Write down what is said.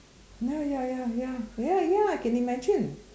ya ya ya ya ya ya I can imagine